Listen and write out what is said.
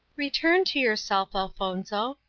return to yourself, elfonzo,